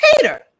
Peter